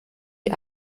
die